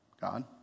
God